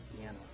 Piano